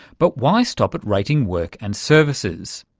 but why stop at rating work and services?